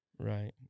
Right